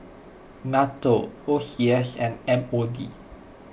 Nato O C S and M O D